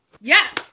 yes